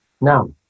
now